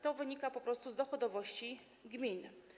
To wynika po prostu z dochodowości gmin.